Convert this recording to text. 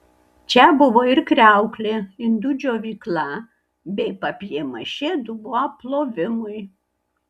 čia buvo ir kriauklė indų džiovykla bei papjė mašė dubuo plovimui